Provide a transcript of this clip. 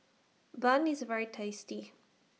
Bun IS very tasty